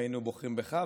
היינו בוחרים בך,